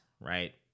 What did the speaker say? right